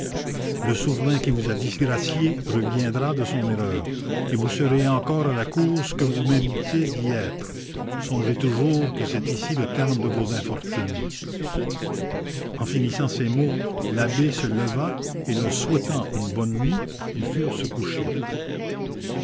le souverain qui vous a disgracié reviendra de son erreur et vous serez encore à la cour ce que vous méritez d'y être songez toujours que c'est ici le terme de vos infortunes en finissant ces mots l'abbé se leva et leur souhaitant une bonne nuit ils furent se coucher